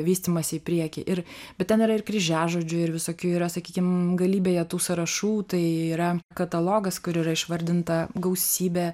vystymąsi į priekį ir bet ten yra ir kryžiažodžių ir visokių yra sakykim galybėje tų sąrašų tai yra katalogas kur yra išvardinta gausybė